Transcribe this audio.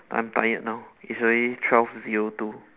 I'm tired now it's already twelve zero two